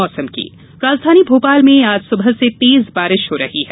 मौसम राजधानी भोपाल में आज सुबह से तेज बारिश हो रही है